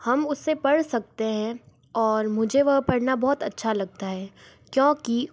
हम उसे पढ़ सकते हैं और मुझे वह पढ़ना बहुत अच्छा लगता है क्योंकि